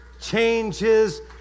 changes